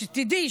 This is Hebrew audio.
שתדעי,